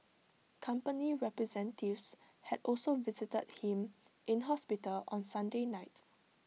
company representatives had also visited him in hospital on Sunday night